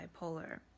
Bipolar